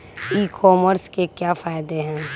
ई commerce के क्या फायदे हैं?